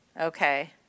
Okay